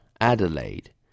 Adelaide